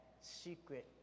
secret